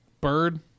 bird